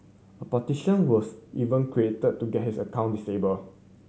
a petition was even created to get his account disabled